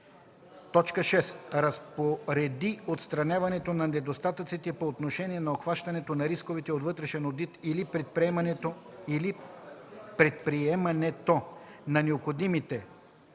и 7: „6. разпореди отстраняването на недостатъците по отношение на обхващането на рисковете от вътрешен подход или предприемането на необходимите